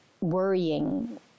worrying